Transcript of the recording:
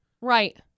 right